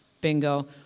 bingo